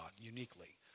uniquely